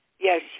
Yes